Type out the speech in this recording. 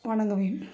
வணங்குவேன்